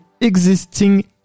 existing